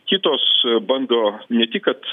kitos bando ne tik kad